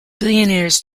billionaires